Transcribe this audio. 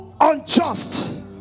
unjust